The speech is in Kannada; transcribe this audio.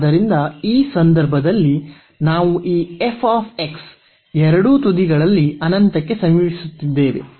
ಆದ್ದರಿಂದ ಈ ಸಂದರ್ಭದಲ್ಲಿ ನಾವು ಈ ಎರಡೂ ತುದಿಗಳಲ್ಲಿ ಅನಂತಕ್ಕೆ ಸಮೀಪಿಸುತ್ತಿದ್ದೇವೆ